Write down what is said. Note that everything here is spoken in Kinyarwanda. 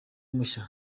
mushya